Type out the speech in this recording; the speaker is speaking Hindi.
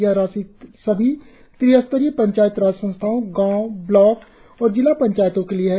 यह राशि सभी त्रि स्तरीय पंचायत राज संस्थाओं गांव ब्लॉक और जिला पंचायतों के लिए है